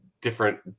different